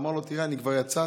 הוא אמר לו: אני כבר יצאתי,